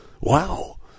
wow